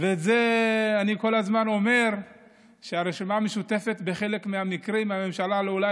אני אומר כל הזמן שבחלק מהמקרים הממשלה אולי